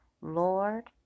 Lord